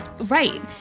Right